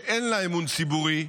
שאין לה אמון ציבורי,